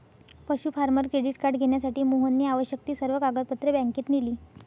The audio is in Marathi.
पशु फार्मर क्रेडिट कार्ड घेण्यासाठी मोहनने आवश्यक ती सर्व कागदपत्रे बँकेत नेली